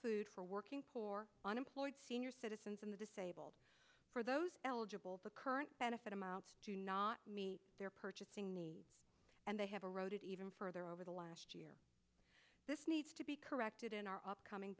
food for working poor unemployed seniors citizens of the disabled for those eligible but current benefit amounts do not meet their purchasing need and they have eroded even further over the last year this needs to be corrected in our upcoming